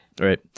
Right